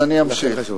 לכן זה חשוב.